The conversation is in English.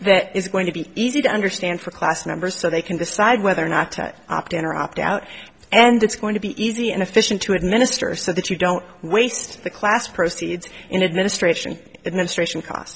that is going to be easy to understand for class members so they can decide whether or not to opt in or opt out and it's going to be easy and efficient to administer so that you don't waste the class proceeds in administration administration c